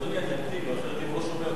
אני רוצה להמתין כדי לקבל תשובה.